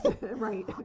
Right